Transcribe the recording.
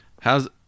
How's